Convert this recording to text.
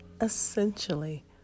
essentially